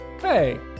hey